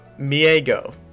Miego